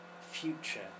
future